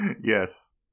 Yes